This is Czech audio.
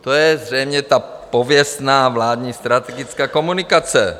To je zřejmě ta pověstná vládní strategická komunikace.